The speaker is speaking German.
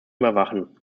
überwachen